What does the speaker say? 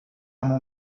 mon